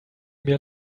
mir